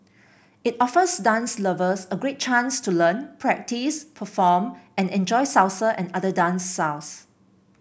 it offers dance lovers a great chance to learn practice perform and enjoy Salsa and other dance styles